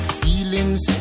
feelings